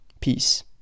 Peace